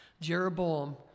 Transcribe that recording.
Jeroboam